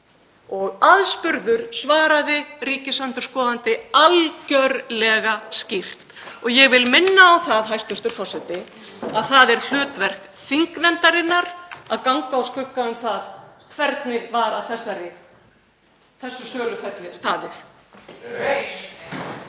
Og aðspurður svaraði ríkisendurskoðandi algjörlega skýrt. Ég vil minna á það, hæstv. forseti, að það er hlutverk þingnefndarinnar að ganga úr skugga um það hvernig var staðið að þessu söluferli. (Gripið